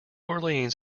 orleans